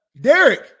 Derek